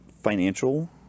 financial